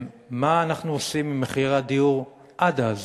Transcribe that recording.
מה אנחנו עושים עם מחיר הדיור עד אז,